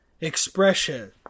expression